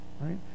right